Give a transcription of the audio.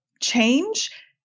change